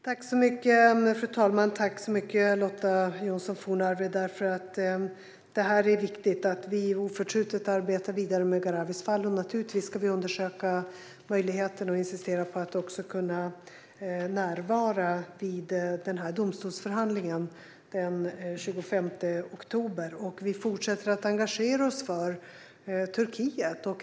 Fru talman! Jag tackar Lotta Johnsson Fornarve så mycket, för det är viktigt att vi oförtrutet arbetar vidare med fallet Gharavi. Naturligtvis ska vi undersöka möjligheten att insistera på att närvara vid domstolsförhandlingen den 25 oktober. Vi fortsätter att engagera oss för Turkiet.